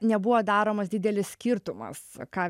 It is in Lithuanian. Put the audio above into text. nebuvo daromas didelis skirtumas ką